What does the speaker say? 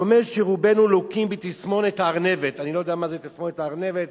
דומה שרובנו לוקים בתסמונת הארנבת"; אני לא יודע מה זה תסמונת הארנבת,